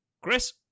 Chris